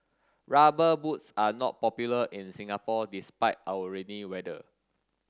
rubber boots are not popular in Singapore despite our rainy weather